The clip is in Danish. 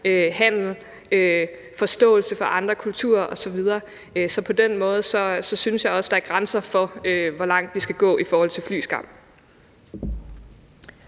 handel; forståelse for andre kulturer osv. Så på den måde synes jeg også, der er grænser for, hvor langt vi skal gå i forhold til flyskam.